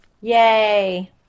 Yay